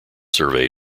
survey